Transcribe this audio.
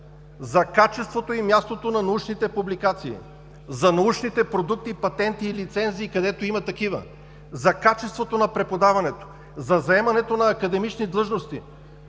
за качеството и мястото на научните публикации, за научните продукти, патенти и лицензи, където има такива, за качеството на преподаването, за заемането на академични длъжности.